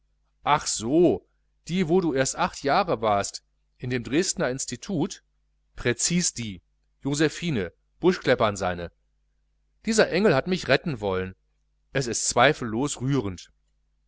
ach so die wo du erst acht jahre alt warst in dem dresdener institut präzis die josephine buschkleppern seine dieser engel hat mich retten wollen es ist zweifellos rührend